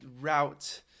route